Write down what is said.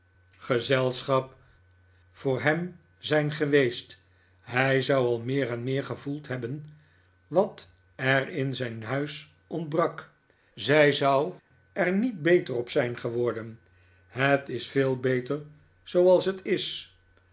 schap voor hem zijn geweest hij zou al meer en meer gevoeld hebben wat er in zijn huis ontbrak zij zou er niet beter op zijn geworden het is veel beter zooals het is